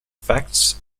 facts